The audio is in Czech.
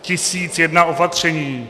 Tisíc jedna opatření.